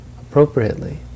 appropriately